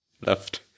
left